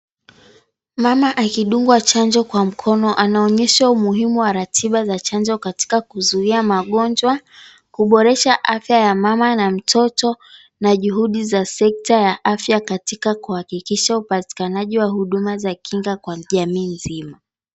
Mama akidungwa chanjo kwa mkono anaonyesha umuhimu wa ratiba za chanjo katika kuzuia magonjwa, kuboresha afya ya mama na mtoto, na juhudi za sekta ya afya katika kuhakikisha upatikanaji wa huduma za kinga kwa jamii nzima.